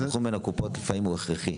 הסנכרון בין הקופות לפעמים הוא הכרחי.